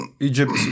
Egypt